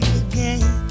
again